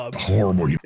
Horrible